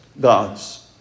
gods